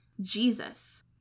Jesus